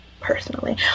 personally